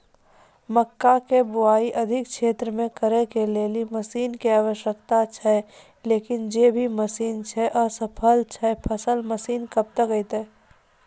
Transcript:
मक्का के बुआई अधिक क्षेत्र मे करे के लेली मसीन के आवश्यकता छैय लेकिन जे भी मसीन छैय असफल छैय सफल मसीन कब तक?